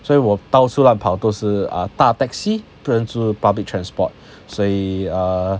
所以我到处乱跑都是 ah 搭 taxi 不然就是 public transport 所以 err